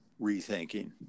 rethinking